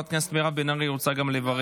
גם חברת הכנסת בן ארי רוצה לברך.